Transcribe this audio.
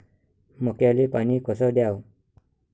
मक्याले पानी कस द्याव?